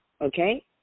Okay